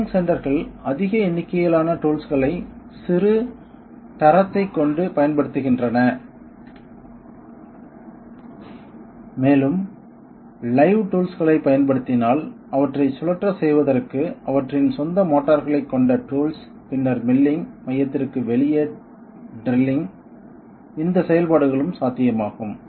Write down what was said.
turning சென்டர்கள் அதிக எண்ணிக்கையிலான டூல்ஸ்களை சிறு டரட்த்தைக் கொண்டு பயன்படுத்துகின்றன மேலும் லைவ் டூல்ஸ்களைப் பயன்படுத்தினால் அவற்றைச் சுழற்றச் செய்வதற்கு அவற்றின் சொந்த மோட்டார்களைக் கொண்ட டூல்ஸ் பின்னர் மில்லிங் மையத்திற்கு வெளியே ட்ரில்லிங் இந்த செயல்பாடுகளும் சாத்தியமாகும்